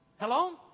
Hello